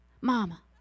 Mama